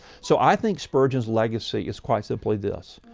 so i think spurgeon's legacy is quite simply this.